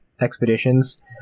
expeditions